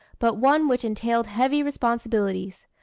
but one which entailed heavy responsibilities.